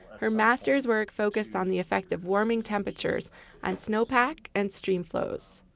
her masters work focused on the effect of warming temperatures on snowpack and stream flows.